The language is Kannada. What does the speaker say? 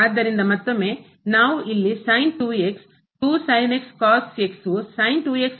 ಆದ್ದರಿಂದ ಮತ್ತೊಮ್ಮೆ ನಾವು ಇಲ್ಲಿ ಛೇದ